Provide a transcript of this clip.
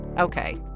Okay